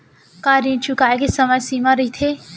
का ऋण चुकोय के समय सीमा रहिथे?